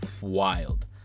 wild